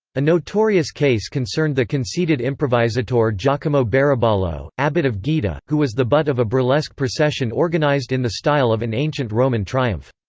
a notorious case concerned the conceited improvisatore giacomo baraballo, abbot of gaeta, who was the butt of a burlesque procession organised in the style of an ancient roman triumph.